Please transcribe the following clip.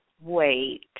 Wait